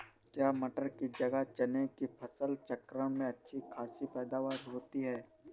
क्या मटर की जगह चने की फसल चक्रण में अच्छी खासी पैदावार होती है?